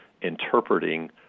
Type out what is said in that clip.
interpreting